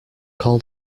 call